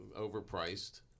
overpriced